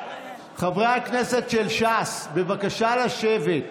חברי הכנסת של ש"ס, בבקשה לשבת.